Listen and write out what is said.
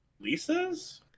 Lisa's